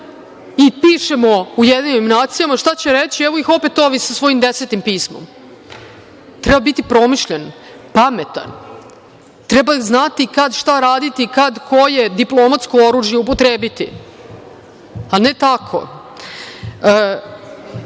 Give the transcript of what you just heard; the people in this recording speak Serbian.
i pišemo UN, šta će reći? Evo ih opet ovi sa svojim desetim pismom. Treba biti promišljen, pametan, treba znati kada šta raditi, kada koje diplomatsko oružje upotrebiti, a ne tako. Reći